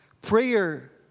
Prayer